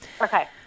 Okay